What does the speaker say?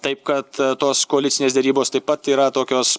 taip kad tos koalicinės derybos taip pat yra tokios